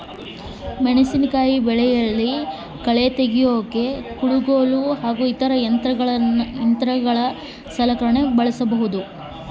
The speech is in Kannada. ಮೆಣಸಿನಕಾಯಿ ಬೆಳೆಯಲ್ಲಿ ಕಳೆ ತೆಗಿಯೋಕೆ ಯಾವ ಸಲಕರಣೆ ಬಳಸಬಹುದು?